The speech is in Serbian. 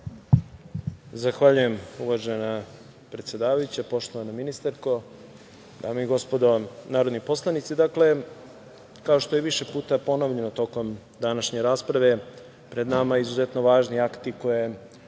Zahvaljujem, uvažena predsedavajuća. Poštovana ministarko, dame i gospodo narodni poslanici, kao što je više puta ponovljeno tokom današnje rasprave, pred nama izuzetno važni akti koje